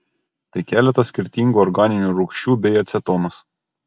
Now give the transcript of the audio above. tai keletas skirtingų organinių rūgščių bei acetonas